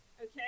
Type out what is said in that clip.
okay